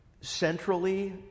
centrally